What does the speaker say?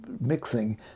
mixing